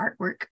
artwork